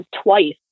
twice